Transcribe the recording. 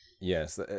Yes